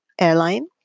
airline